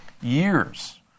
years